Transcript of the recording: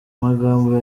magambo